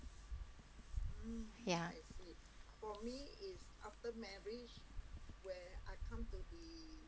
ya